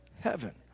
heaven